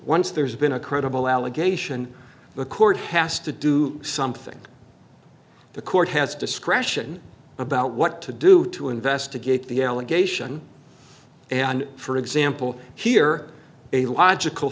once there's been a credible allegation the court has to do something the court has discretion about what to do to investigate the allegation and for example here a logical